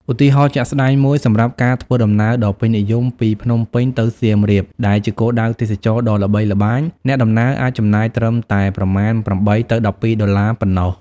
ឧទាហរណ៍ជាក់ស្តែងមួយ សម្រាប់ការធ្វើដំណើរដ៏ពេញនិយមពី ភ្នំពេញទៅសៀមរាប ដែលជាគោលដៅទេសចរណ៍ដ៏ល្បីល្បាញ អ្នកដំណើរអាចចំណាយត្រឹមតែប្រមាណ ៨ទៅ១២ ដុល្លារប៉ុណ្ណោះ។